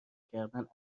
کردن